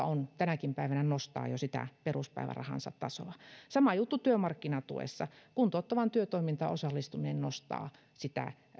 on kuusi erilaista mahdollisuutta nostaa sitä peruspäivärahansa tasoa sama juttu on työmarkkinatuessa kuntouttavaan työtoimintaan osallistuminen nostaa sitä